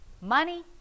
money